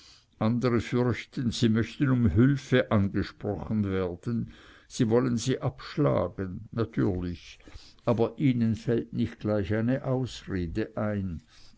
andere fürchten sie möchten um hülfe angesprochen werden sie wollen sie abschlagen natürlich aber ihnen fällt nicht gleich eine ausrede ein